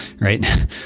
Right